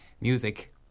music